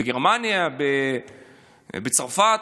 בגרמניה, בצרפת.